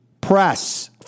press